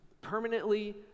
permanently